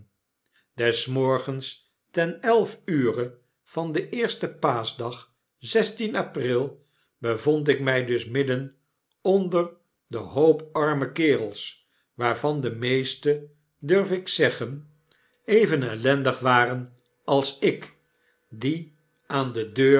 des morgens ten elf ure van den eersten paaschdag zestien april bevond ik mij dus midden onder den hoop arme kerels waarvan de meesten durf ik zeggen even ellendig waren als ik die aan de deur